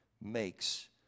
makes